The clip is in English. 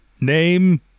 name